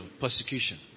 persecution